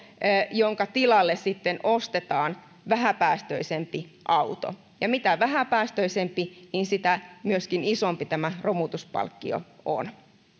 jonka tilalle sitten ostetaan vähäpäästöisempi auto ja mitä vähäpäästöisempi niin myöskin sitä isompi tämä romutuspalkkio on